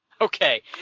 Okay